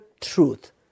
truth